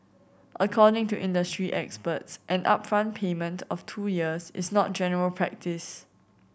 according to industry experts an upfront payment of two years is not general practise